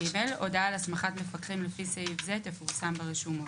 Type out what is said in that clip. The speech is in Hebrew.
הודעה על הסמכת מפקחים לפי סעיף זה תפורסם ברשומות.